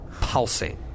pulsing